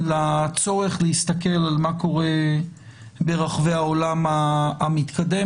לצורך להסתכל על מה קורה ברחבי העולם המתקדם